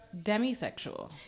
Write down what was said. demisexual